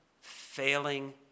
failing